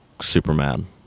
Superman